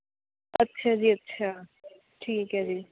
ਅੱਛਾ ਜੀ ਅੱਛਿਆ ਠੀਕ ਹੈ ਜੀ